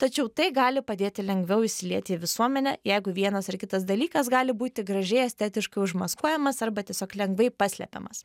tačiau tai gali padėti lengviau įsilieti į visuomenę jeigu vienas ar kitas dalykas gali būti gražiai estetiškai užmaskuojamas arba tiesiog lengvai paslepiamas